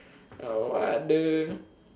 uh what the